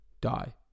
die